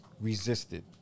resisted